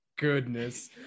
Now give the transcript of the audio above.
Goodness